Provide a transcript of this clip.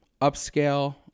upscale